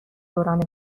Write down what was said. دوران